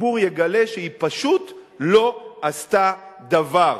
הציבור יגלה שהיא פשוט לא עשתה דבר.